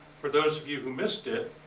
for those of you who missed it,